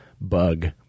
bug